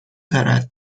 دارد